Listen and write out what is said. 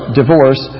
divorce